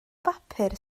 bapur